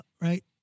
right